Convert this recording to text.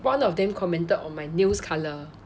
one of them commented on my nails color